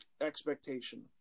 expectation